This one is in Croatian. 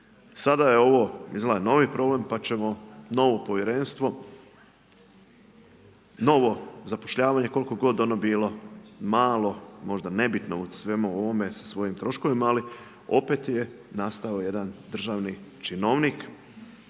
Sada je ovo izgleda novi problem pa ćemo novo povjerenstvo, novo zapošljavanje koliko god ono bilo malo, možda nebitno u svemu ovome sa svojim troškovima ali opet je nastao jedan državni činovnik.